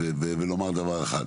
לנסות ולומר דבר אחד.